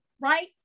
right